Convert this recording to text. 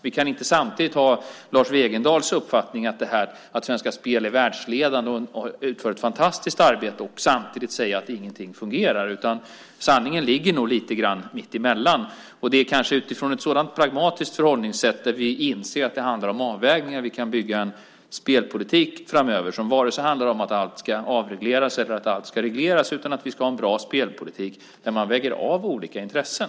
Vi kan inte samtidigt ha Lars Wegendals uppfattning att Svenska Spel är världsledande och utför ett fantastiskt arbete och samtidigt säga att ingenting fungerar. Sanningen ligger nog någonstans mittemellan. Det är kanske utifrån ett sådant pragmatiskt förhållningssätt, där vi inser att det handlar om avvägningar, som vi kan bygga en spelpolitik framöver. Det ska varken handla om att allt ska avregleras eller att allt ska regleras, utan om att vi ska ha en bra spelpolitik där vi väger av olika intressen.